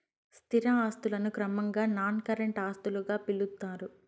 స్థిర ఆస్తులను క్రమంగా నాన్ కరెంట్ ఆస్తులుగా పిలుత్తారు